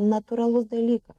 natūralus dalykas